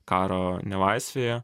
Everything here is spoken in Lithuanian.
karo nelaisvėje